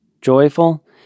joyful